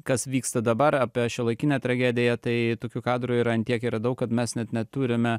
kas vyksta dabar apie šiuolaikinę tragediją tai tokių kadrų yra an tiek yra daug kad mes net neturime